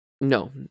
No